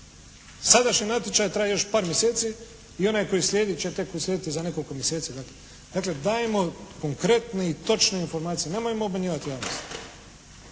Sadašnji natječaj traje još par mjeseci i onaj koji sljedi će tek usljediti za nekoliko mjeseci. Dakle, dajmo konkretne i točne informacije. Nemojmo obmanjivati javnost.